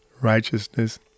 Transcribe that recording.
righteousness